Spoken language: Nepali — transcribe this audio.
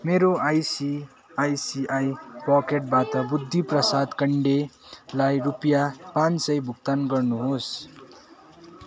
मेरो आइसिआइसिआई पकेटबाट बुद्धि प्रसाद कँडेलाई रुपियाँ पाँच सय भुक्तान गर्नु होस्